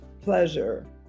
pleasure